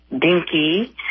Dinky